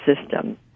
system